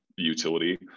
utility